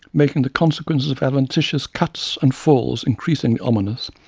making the consequences of adventitious cuts and falls increasingly ominous,